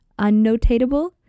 unnotatable